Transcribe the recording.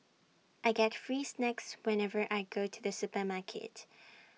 I get free snacks whenever I go to the supermarket